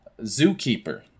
Zookeeper